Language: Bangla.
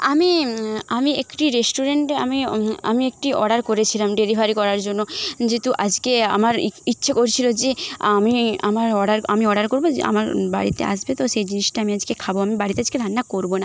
আমি আমি একটি রেস্টুরেন্টে আমি আমি একটি অর্ডার করেছিলাম ডেলিভারি করার জন্য যেহেতু আজকে আমার ইচ্ছে করছিলো যে আমি আমার অর্ডার আমি অর্ডার করবো আমার বাড়িতে আসবে তো সেই জিনিসটা আমি আজকে খাবো আমি বাড়িতে আজকে রান্না করবো না